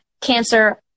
cancer